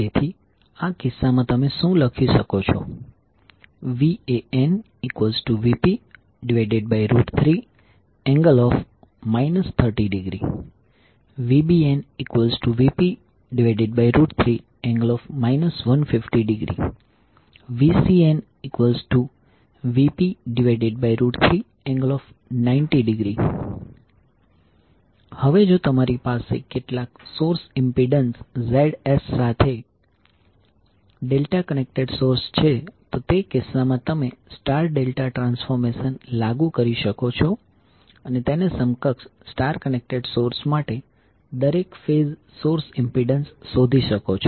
તેથી આ કિસ્સામાં તમે શુ લખી શકો છો VanVp3∠ 30° VbnVp3∠ 150° VcnVp3∠90° હવે જો તમારી પાસે કેટલાક સોર્સ ઇમ્પિડન્સ ZS સાથે ડેલ્ટા કનેક્ટેડ સોર્સ છે તો તે કિસ્સામાં તમે સ્ટાર ડેલ્ટા ટ્રાન્સફોર્મેશન લાગુ કરી શકો છો અને તેને સમકક્ષ સ્ટાર કનેક્ટેડ સોર્સ માટે દરેક ફેઝ સોર્સ ઇમ્પિડન્સ શોધી શકો છો